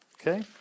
Okay